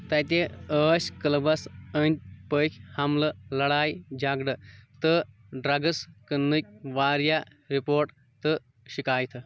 تَتہِ ٲسۍ کٕلبَس أنٛدۍ پٔکۍ حَملہٕ لڑایہِ جٔگڑٕ تہٕ ڈرٛگٕس کٕننٕکۍ واریٛاہ رپوٹ تہٕ شِکایتہٕ